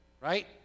right